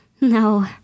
no